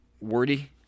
wordy